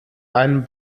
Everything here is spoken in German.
ein